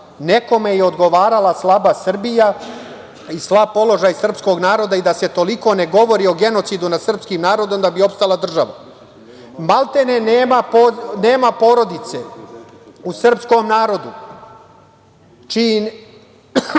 Nekome je odgovarala slaba Srbija i slab položaj srpskog naroda i da se toliko ne govori o genocidu nad srpskim narodom da bi opstala država. Maltene nema porodice u srpskom narodu čiji